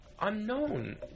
unknown